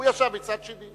הוא ישב מצד שני.